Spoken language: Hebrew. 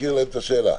תזכיר להם את השאלה.